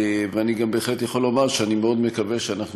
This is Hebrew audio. ואני גם בהחלט יכול לומר שאני מאוד מקווה שאנחנו